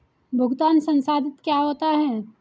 भुगतान संसाधित क्या होता है?